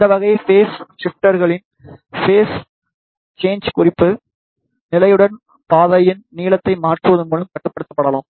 இந்த வகை பேஸ் ஷிப்ட்டர்களில் பேஸ் சென்ஜ் குறிப்பு நிலையுடன் பாதையின் நீளத்தை மாற்றுவதன் மூலம் கட்டுப்படுத்தலாம்